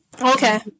Okay